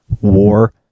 war